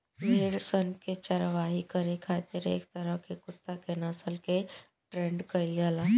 भेड़ सन के चारवाही करे खातिर एक तरह के कुत्ता के नस्ल के ट्रेन्ड कईल जाला